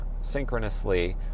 synchronously